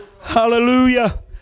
Hallelujah